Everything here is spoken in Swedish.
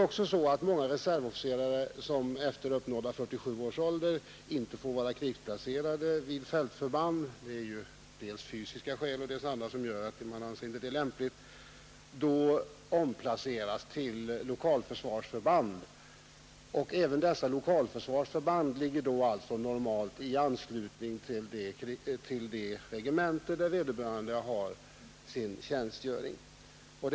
En reservofficer, som efter 47 års ålder av fysiska skäl normalt inte längre får vara krigsplacerad vid fältförband, omplaceras vanligen till ett lokalförsvarsförband. Även dessa förband ligger dock i anslutning till det regemente där vederbörande är placerad såsom reservofficer.